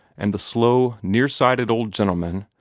and the slow, near-sighted old gentleman,